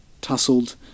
tussled